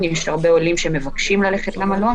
הוא עשה.